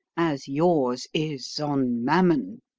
as yours is on mammon.